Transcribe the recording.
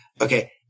Okay